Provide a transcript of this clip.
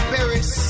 Paris